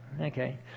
Okay